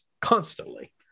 constantly